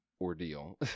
ordeal